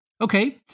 Okay